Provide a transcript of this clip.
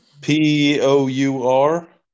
P-O-U-R